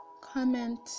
comment